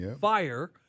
Fire